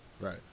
Right